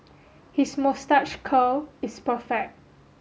his moustache curl is perfect